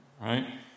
right